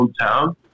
hometown